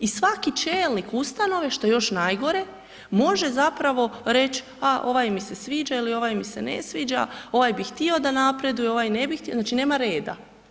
I svaki čelnik ustanove što je još najgore, može zapravo reći a ovaj mi sviđa ili ovaj mi se ne sviđa, ovaj bi htio da napreduje, ovaj ne bi htio, znači nema reda.